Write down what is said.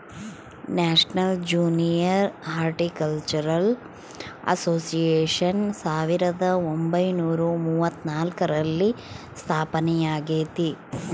national junior horticultural association ಸಾವಿರದ ಒಂಬೈನುರ ಮೂವತ್ನಾಲ್ಕರಲ್ಲಿ ಸ್ಥಾಪನೆಯಾಗೆತೆ